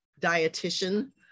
dietitian